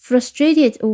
Frustrated